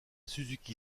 suzuki